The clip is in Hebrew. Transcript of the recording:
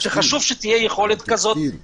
חשוב שתהיה יכולת כזאת בארץ,